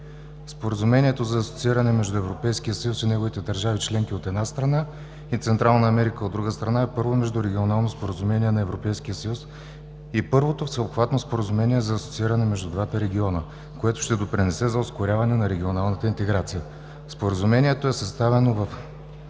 Споразумението за асоцииране между Европейския съюз и неговите държави членки, от една страна, и Централна Америка, от друга страна, е първото междурегионално споразумение на Европейския съюз и първото всеобхватно споразумение за асоцииране между двата региона, което ще допринесе за ускоряване на регионалната интеграция. Споразумението е съставено в